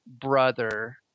brother